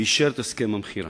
ואישר את הסכם המכירה.